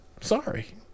Sorry